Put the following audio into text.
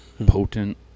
potent